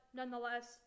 nonetheless